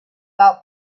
out